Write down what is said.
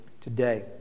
today